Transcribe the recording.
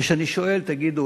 וכשאני שואל: תגידו,